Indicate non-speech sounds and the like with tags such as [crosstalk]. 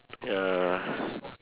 ya [breath]